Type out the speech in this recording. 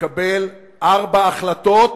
לקבל ארבע החלטות,